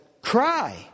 Cry